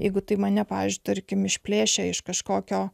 jeigu tai mane pavyzdžiui tarkim išplėšia iš kažkokio